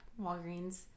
Walgreens